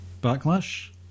Backlash